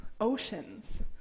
oceans